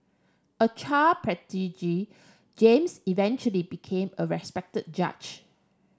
a child prodigy James eventually became a respected judge